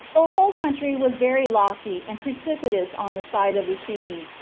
the whole country was very lofty and precipitous on the side of the sea,